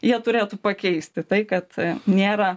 jie turėtų pakeisti tai kad nėra